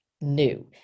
new